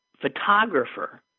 photographer